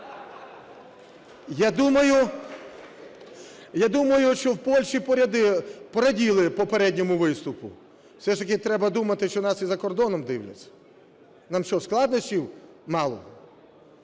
Я думаю, що в Польщі пораділи попередньому виступу. Все ж таки треба думати, що нас і за кордоном дивляться. Нам що, складнощів мало?